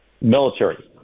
military